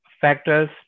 factors